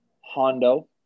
Hondo